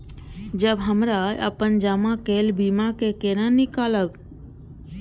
जब हमरा अपन जमा केल बीमा के केना निकालब?